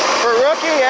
for rookie, yeah